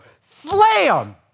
slam